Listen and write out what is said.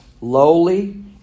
lowly